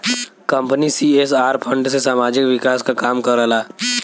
company CSR fund से सामाजिक विकास क काम करला